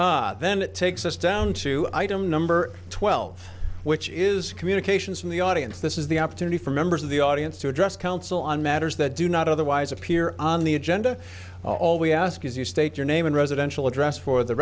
then it takes us down to item number twelve which is communications from the audience this is the opportunity for members of the audience to address council on matters that do not otherwise appear on the agenda all we ask is you state your name and residential address for the